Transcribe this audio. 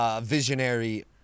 visionary